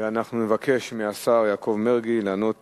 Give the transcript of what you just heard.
אנחנו נבקש מהשר יעקב מרגי לענות